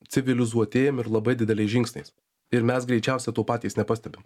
civilizuotėjam ir labai dideliais žingsniais ir mes greičiausia to patys nepastebim